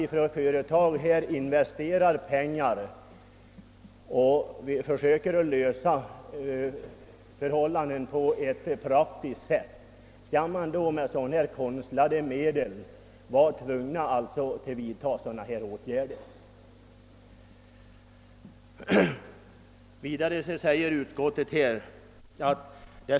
Om ett företag investerar pengar för att försöka ordna förhållandena på ett praktiskt sätt skall det väl inte tvingas till sådana här konstlade åtgärder.